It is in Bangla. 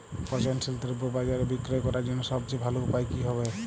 পচনশীল দ্রব্য বাজারে বিক্রয় করার জন্য সবচেয়ে ভালো উপায় কি হবে?